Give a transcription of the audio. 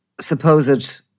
supposed